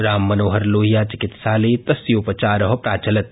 राममनोहरलोहियाचिकित्सालये तस्योपचार प्राचलत्